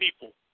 people